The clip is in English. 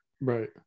right